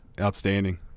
outstanding